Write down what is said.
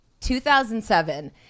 2007